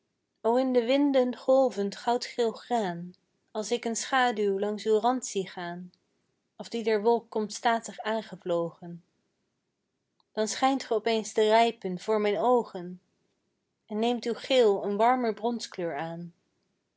in de winden golvend goudgeel graan als ik een schaduw langs uw rand zie gaan of die der wolk komt statig aangevlogen dan schijnt ge opeens te rijpen voor mijn oogen en neemt uw geel een warmer bronskleur aan